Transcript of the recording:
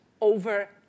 over